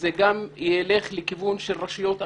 זה גם ילך לכיוון של רשויות אחרות,